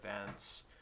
events